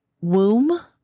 womb